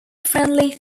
friendly